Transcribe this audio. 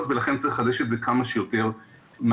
ולכן צריך לחדש את זה כמה שיותר מהר.